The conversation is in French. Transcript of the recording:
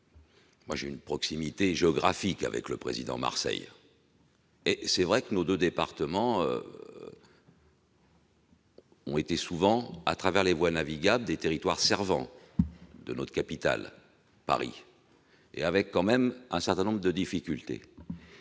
vote. J'ai une proximité géographique avec le président Marseille. Il est vrai que nos deux départements ont souvent été, à travers les voies navigables, des territoires servants de la capitale, ce qui a posé un certain nombre de difficultés.